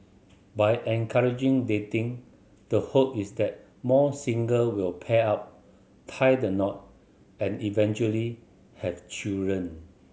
by encouraging dating the hope is that more single will pair up tie the knot and eventually have children